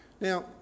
Now